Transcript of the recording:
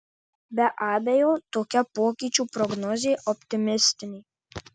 be abejo tokia pokyčių prognozė optimistinė